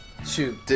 Shoot